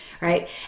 Right